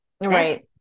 Right